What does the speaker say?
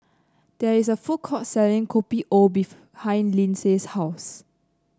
there is a food court selling Kopi O Lindsey's house